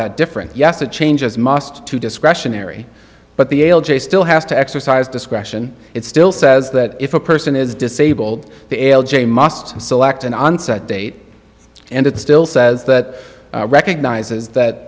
that different yes the changes must to discretionary but the ail j still has to exercise discretion it still says that if a person is disabled the l j must select an onset date and it still says that recognizes that